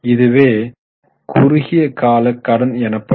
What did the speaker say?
இதுவே குறுகிய கால கடன் எனப்படும்